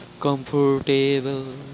comfortable